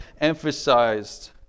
emphasized